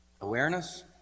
Awareness